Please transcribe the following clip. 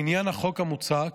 לעניין החוק המוצע,